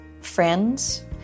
friends